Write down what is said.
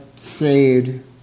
saved